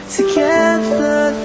Together